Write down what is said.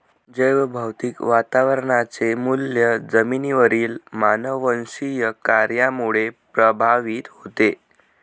जैवभौतिक वातावरणाचे मूल्य जमिनीवरील मानववंशीय कार्यामुळे प्रभावित होते